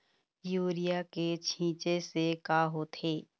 Urea के छींचे से का होथे?